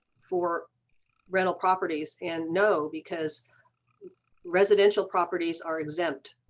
for rental properties and no because residential properties are exempt.